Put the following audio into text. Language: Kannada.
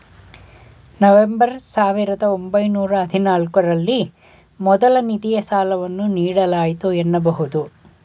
ನವೆಂಬರ್ ಸಾವಿರದ ಒಂಬೈನೂರ ಹದಿನಾಲ್ಕು ರಲ್ಲಿ ಮೊದಲ ನಿಧಿಯ ಸಾಲವನ್ನು ನೀಡಲಾಯಿತು ಎನ್ನಬಹುದು